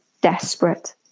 desperate